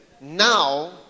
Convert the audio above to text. now